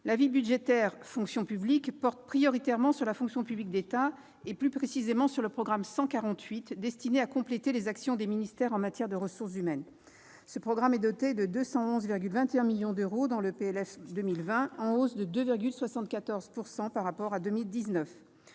L'avis budgétaire « Fonction publique » porte prioritairement sur la fonction publique d'État, plus précisément sur le programme 148, destiné à compléter les actions des ministères en matière de ressources humaines. Ce programme est doté de 211,21 millions d'euros, un montant en hausse de 2,74 % par rapport à 2019.